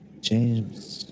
James